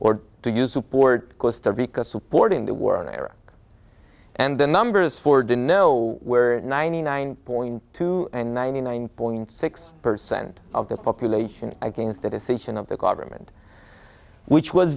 or do you support supporting the war on terror and the numbers for didn't know where ninety nine point two and ninety nine point six percent of the population against the decision of the government which was